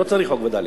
לא צריך חוק וד"לים.